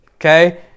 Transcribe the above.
Okay